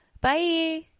Bye